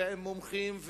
ועם מומחים,